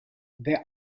there